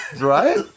right